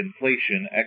inflation